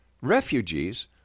refugees